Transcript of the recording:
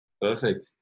Perfect